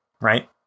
right